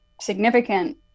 significant